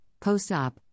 post-op